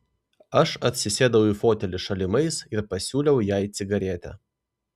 aš atsisėdau į fotelį šalimais ir pasiūliau jai cigaretę